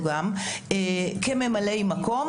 כממלאי-מקום,